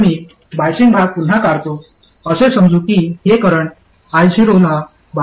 तर मी बायसिंग भाग पुन्हा काढतो असे समजू की हे करंट I0 ला बायस आहे